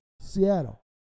Seattle